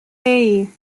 hei